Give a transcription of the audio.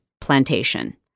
Plantation